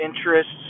interests